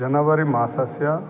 जनवरि मासस्य